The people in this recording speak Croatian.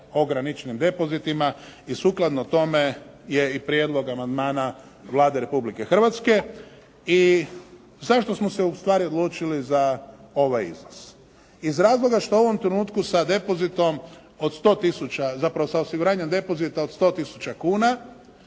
ograničenim depozitima i sukladno tome je i prijedlog amandmana Vlade Republike Hrvatske. I zašto što smo se ustvari odlučili za ovaj iznos? Iz razloga što u ovom trenutku sa depozitom od 100 tisuća, zapravo sa osiguranjem depozita od 100 tisuća